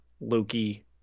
Loki